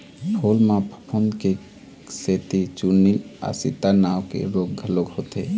फूल म फफूंद के सेती चूर्निल आसिता नांव के रोग घलोक होथे